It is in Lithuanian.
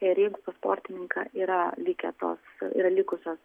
ir jeigu pas sportininką yra likę tos yra likusios